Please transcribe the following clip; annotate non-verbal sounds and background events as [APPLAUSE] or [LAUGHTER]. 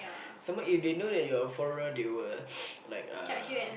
some more if they know that you're a foreigner they will [NOISE] like uh